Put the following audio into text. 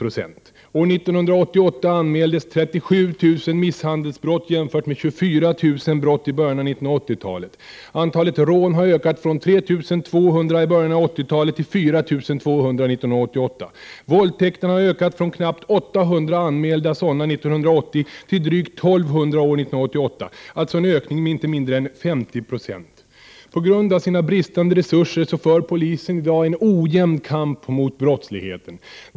År 1988 anmäldes 37 000 misshandelsbrott, jämfört med 24 000 brott i början av 1980-talet. Antalet rån har ökat från 3 200 i början av 1980-talet till 4 200 år 1988. Våldtäkterna har ökat från knappt 800 anmälda sådana 1980 till drygt 1 200 år 1988, alltså en ökning med inte mindre än 50 90. Till följd av bristande resurser för polisen i dag en ojämn kamp mot brottsligheten.